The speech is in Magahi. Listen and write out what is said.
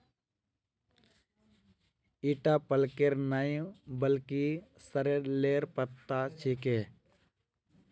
ईटा पलकेर नइ बल्कि सॉरेलेर पत्ता छिके